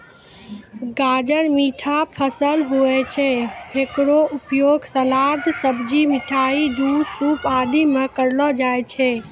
गाजर मीठा फसल होय छै, हेकरो उपयोग सलाद, सब्जी, मिठाई, जूस, सूप आदि मॅ करलो जाय छै